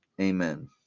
Amen